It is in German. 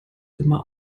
immer